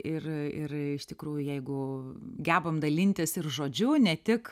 ir ir iš tikrųjų jeigu gebam dalintis ir žodžiu ne tik